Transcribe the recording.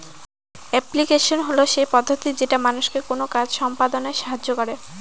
application হল সেই পদ্ধতি যেটা মানুষকে কোনো কাজ সম্পদনায় সাহায্য করে